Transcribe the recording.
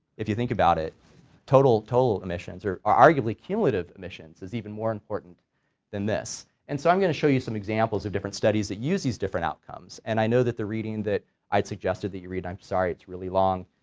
if you think about it total total emissions, or arguably cumulative emissions is even more important than this and so i'm going to show you some examples of different studies that use these different outcomes and i know that the reading that i'd suggested that you read and i'm sorry it's really long,